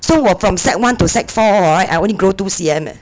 so 我 from sec one to sec four orh I only grow two C_M eh